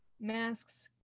masks